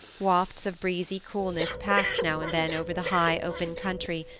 wafts of breezy coolness passed now and then over the high open country,